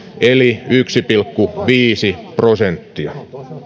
eli yksi pilkku viisi prosenttia